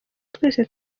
twese